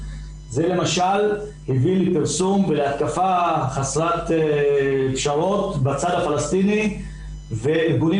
זה למשל הביא לפרסום ולהקשחה חסרת פשרות בצד הפלסטיני וארגונים